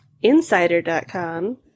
Insider.com